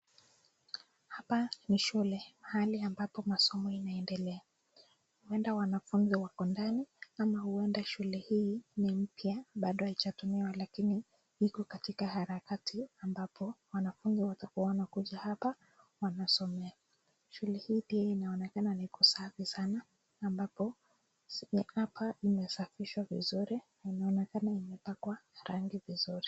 Hapa ni shule, pahali ambapo masomo inaendelea huenda wanafunzi wako ndani, ama huenda shule hii ni mpya haijatumia lakini iko katika harakati ambapo wanafunzi watakuwa wanakuja hapa na kusomea. Shule hii pia inaonekana iko safi saana ambapo mikapa imesafishwa vizuri na inaonekana imepakwa rangi vizuri.